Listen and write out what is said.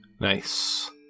nice